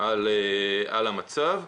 על המצב.